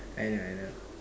I know I know